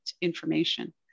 information